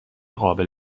قابل